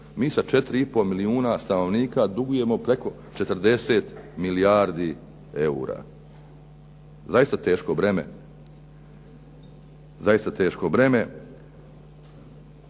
mi sa 4,5 milijuna stanovnika dugujemo preko 40 milijardi eura. Zaista teško breme, zaista teško breme